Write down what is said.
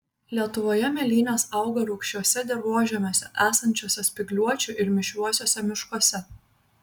lietuvoje mėlynės auga rūgščiuose dirvožemiuose esančiuose spygliuočių ir mišriuosiuose miškuose